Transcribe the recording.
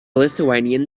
lithuanian